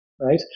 right